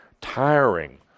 tiring